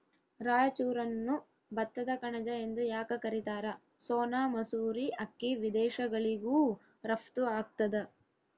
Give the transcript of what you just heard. ರಾಯಚೂರನ್ನು ಭತ್ತದ ಕಣಜ ಎಂದು ಯಾಕ ಕರಿತಾರ? ಸೋನಾ ಮಸೂರಿ ಅಕ್ಕಿ ವಿದೇಶಗಳಿಗೂ ರಫ್ತು ಆಗ್ತದ